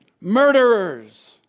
murderers